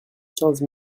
quinze